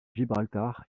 gibraltar